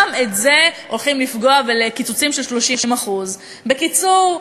גם בזה הולכים לפגוע ולקצץ 30%. בקיצור,